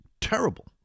terrible